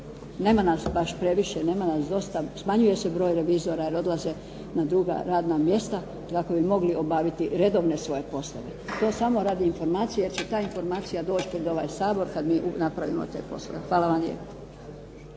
Nema nas baš previše, nema nas dosta, smanjuje se broj revizora jer odlaze na druga radna mjesta kako bi mogli obaviti redovne svoje poslove. To samo radi informacije jer će ta informacija doći pred ovaj Sabor kad mi napravimo te poslove. Hvala vam